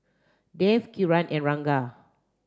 Dev Kiran and Ranga